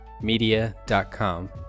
media.com